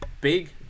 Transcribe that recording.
Big